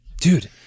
dude